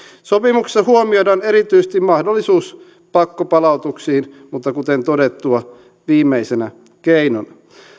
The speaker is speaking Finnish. sopimuksessa huomioidaan erityisesti mahdollisuus pakkopalautuksiin mutta kuten todettua viimeisenä keinona